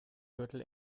gürtel